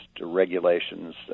regulations